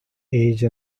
age